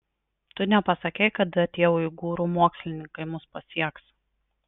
tu nepasakei kada tie uigūrų mokslininkai mus pasieks